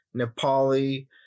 Nepali